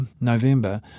November